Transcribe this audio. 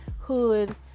hood